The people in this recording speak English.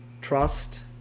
trust